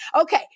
Okay